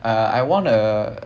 uh I won a